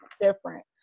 different